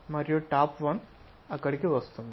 మరియు top one అక్కడకు వస్తుంది